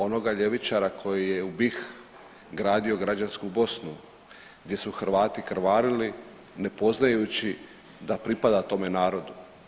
Onoga ljevičara koji je u BiH gradio građansku Bosnu, gdje su Hrvati krvarili ne poznajući da pripada tome narodu.